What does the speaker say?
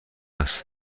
است